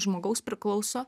žmogaus priklauso